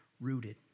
rooted